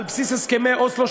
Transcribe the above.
על בסיס הסכמי אוסלו,